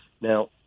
Now